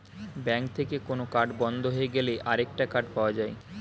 bank থেকে কোন card বন্ধ হয়ে গেলে আরেকটা কার্ড পাওয়া যায়